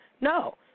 No